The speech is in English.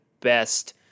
best